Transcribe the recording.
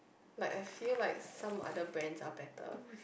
like I feel like some other brands are better